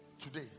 today